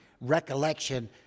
recollection